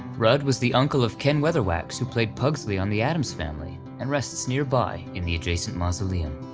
rudd was the uncle of ken weatherwax who played pugsley on the addams family, and rests nearby in the adjacent mausoleum.